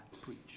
preach